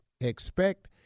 expect